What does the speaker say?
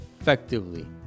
effectively